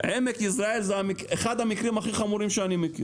זה אחד המקרים הכי חמורים שאני מכיר.